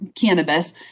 cannabis